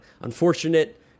unfortunate